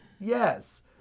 Yes